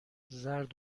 زرد